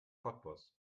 cottbus